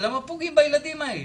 אבל למה פוגעים בילדים האלה?